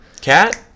Cat